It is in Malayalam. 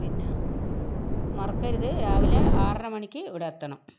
മറക്കരുത് രാവിലെ ആറര മണിക്ക് ഇവിടെ എത്തണം